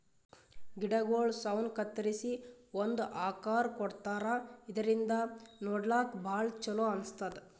ಗಿಡಗೊಳ್ ಸೌನ್ ಕತ್ತರಿಸಿ ಒಂದ್ ಆಕಾರ್ ಕೊಡ್ತಾರಾ ಇದರಿಂದ ನೋಡ್ಲಾಕ್ಕ್ ಭಾಳ್ ಛಲೋ ಅನಸ್ತದ್